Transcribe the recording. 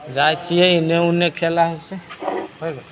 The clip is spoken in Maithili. जाइ छिए एन्ने ओन्ने खेला होइ छै हो गेल